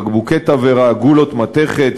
בקבוקי תבערה וגולות מתכת,